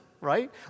right